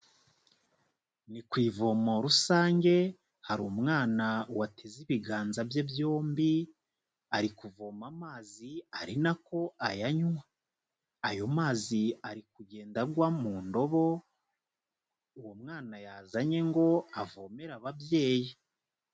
Ni ku ivomo rusange, hari umwana wateze ibiganza bye byombi, ari kuvoma amazi ari na ko ayanywa, ayo mazi ari kugenda agwa mu ndobo, uwo mwana yazanye ngo avomere ababyeyi.